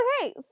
Okay